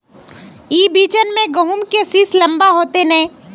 ई बिचन में गहुम के सीस लम्बा होते नय?